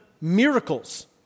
miracles